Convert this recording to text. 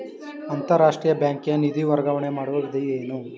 ಅಂತಾರಾಷ್ಟ್ರೀಯ ಬ್ಯಾಂಕಿಗೆ ನಿಧಿ ವರ್ಗಾವಣೆ ಮಾಡುವ ವಿಧಿ ಏನು?